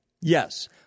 Yes